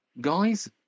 guys